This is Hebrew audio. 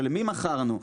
למי למכרנו,